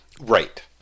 Right